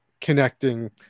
connecting